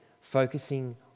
focusing